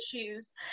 issues